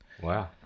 wow